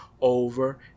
Over